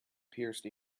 pierced